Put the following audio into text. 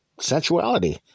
sensuality